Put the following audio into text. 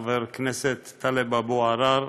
חבר הכנסת טלב אבו עראר,